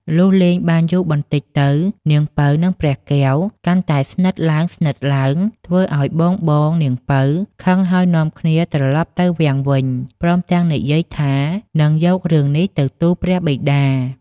លុះលេងបានយូរបន្តិចទៅនាងពៅនិងព្រះកែវកាន់តែស្និទ្ទឡើងៗ ធ្វើឲ្យបងៗនាងពៅខឹងហើយនាំគ្នាត្រឡប់ទៅវាំងវិញ ព្រមទាំងនិយាយថានឹងយករឿងនេះទៅទូលព្រះបិតា។